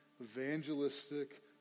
evangelistic